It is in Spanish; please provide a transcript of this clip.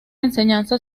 enseñanza